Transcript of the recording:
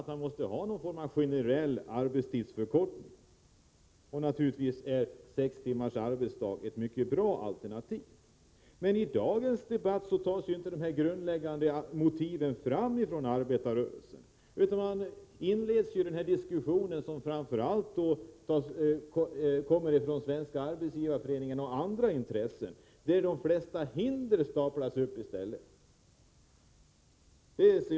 Man måste ha någon form av generell arbetstidsförkortning. Naturligtvis är sex timmars arbetsdag ett mycket bra alternativ. I dagens debatt tar arbetarrörelsen emellertid inte fram dessa grundläggande motiv. I den diskussion som förs framför allt av Svenska arbetsgivareföreningen och andra intressen staplas i stället upp de flesta hindren.